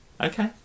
Okay